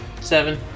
Seven